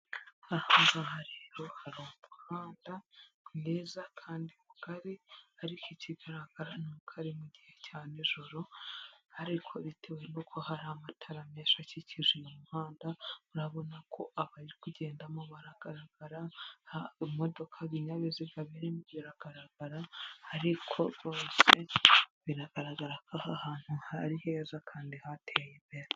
Aha ngaha rero hari umuhanda mwiza kandi mugari, ariko ikigaragara ni uko ari mu gihe cya nijoro, ariko bitewe n'uko hari amatara menshi akikije uyu muhanda urabona ko abari kugendamo baragaragara, imodoka, ibinyabiziga birimo biragaragara, ariko rwose biragaragara ko aha hantu hari heza kandi hateye imbere.